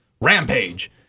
Rampage